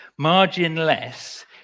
Marginless